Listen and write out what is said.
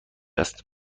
است